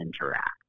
interact